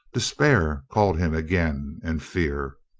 despair called him again and fear.